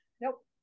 nope